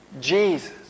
Jesus